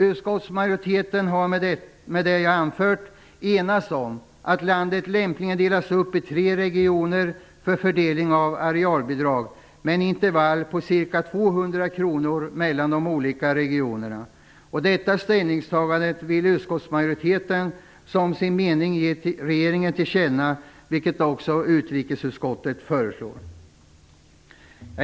Utskottsmajoriteten har med det jag anfört enats om att landet lämpligen delas upp i tre regioner för fördelning av arealbidrag med ett intervall på ca 200 kr mellan de olika regionerna. Detta ställningstagande vill utskottsmajoriteten som sin mening ge regeringen till känna, vilket också utrikesutskottet föreslår.